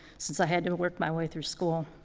since i had to work my way through school.